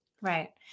Right